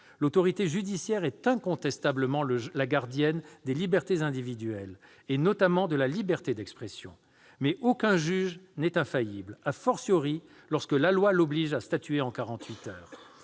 L'autorité judiciaire est incontestablement la gardienne des libertés individuelles, notamment de la liberté d'expression. Mais aucun juge n'est infaillible, lorsque la loi l'oblige à statuer en